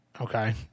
Okay